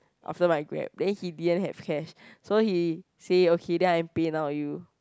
after my Grab then he didn't have cash so he say okay then I PayNow with you